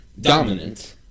dominant